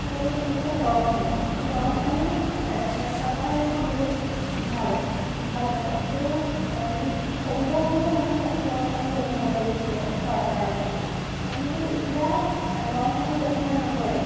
আৰু কি হ'ল গৰম পানী গৰম পানী স্বাস্থ্যৰ কাৰণে আমাৰ বহুত ভাল ভাল হয় আৰু ক'ভিডৰ সময়ত মানুহে গৰম পানী ব্যৱহাৰ কৰিছিলে খোৱাৰ কাৰণে কিন্তু এতিয়া গৰম পানী ব্যৱহাৰ নকৰে